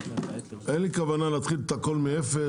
אין לי כוונה להתחיל את הכל מאפס,